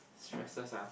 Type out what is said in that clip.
stresses ah